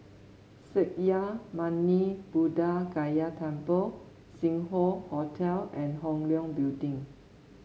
Sakya Muni Buddha Gaya Temple Sing Hoe Hotel and Hong Leong Building